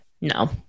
No